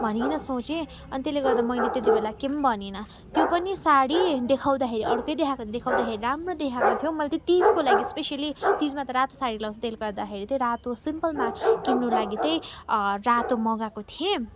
भनिकिन सोचे अनि तेल्ले गर्दा मैले तेतिबेला केई पनि भनिनँ त्यो पनि साडी देखाउँदा खेरि अर्कै देखाको देखाउँदाखेरि राम्रो देखाको थियो मैले त्यो तिजको लागि इस्पिसेएली तिजमा त रातो साडी लाउँछ तेल्ले गर्दाखेरि त्यो रातो सिम्पलमा किन्नु लागि तै रातो मँगाको थिएँ